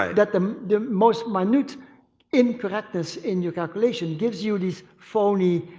ah that um the most minute incorrectness in your calculation gives you these phony